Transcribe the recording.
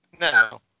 No